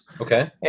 Okay